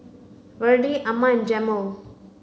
Verdie Amma and Jamel